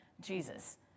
Jesus